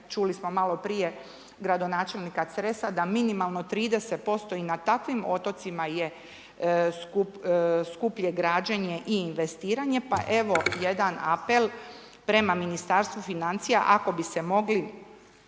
čuli smo maloprije gradonačelnika Cresa, da minimalno 30% i na takvim otocima je skuplje građenje i investiranje pa evo jedan apel prema Ministarstvu financija ako bi se mogli